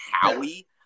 Howie